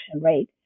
rate